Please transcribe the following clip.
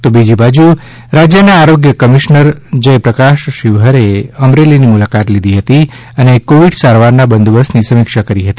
તો બીજી બાજી રાજ્ય ના આરોગ્ય કમિશ્નર જયપ્રકાશ શિવહારે એ અમરેલી ની મુલાકાત લીધી હતી અને કોવિડ સારવાર ના બંદોબસ્તની સમિક્ષા કરી હતી